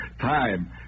Time